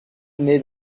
naît